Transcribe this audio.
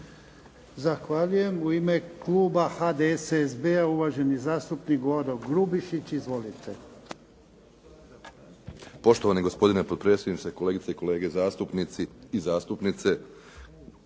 Zahvaljujem. U ime kluba HDSSB-a uvaženi zastupnik Boro Grubišić. Izvolite.